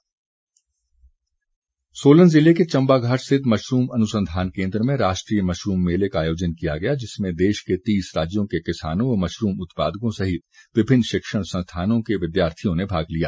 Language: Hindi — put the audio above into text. मशरूम सोलन जिले के चम्बाघाट रिथित मशरूम अनुसंधान केंद्र में राष्ट्रीय मशरूम मेले का आयोजन किया गया जिसमें देश के तीस राज्यों के किसानों व मशरूम उत्पादकों सहित विभिन्न शिक्षण संस्थानों के विद्यार्थियों ने भाग लिया